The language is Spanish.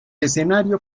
escenario